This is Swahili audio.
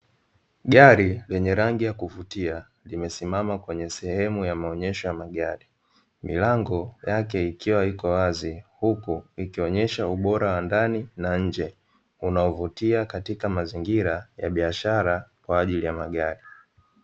Gari lenye rangi ya kuvutia limesimama kwenye sehemu ya maonyesho ya magari milango yake ikiwa iko wazi huku ikionyesha ubora wa ndani na nje unaovutia katika mazingira ya biashara kwa ajili ya magari.